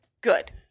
good